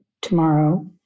tomorrow